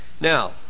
Now